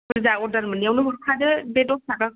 ओमफ्राय दा अर्दार मोन्नायावनो हरखादो बे दस ताकाखौ